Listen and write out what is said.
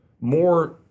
more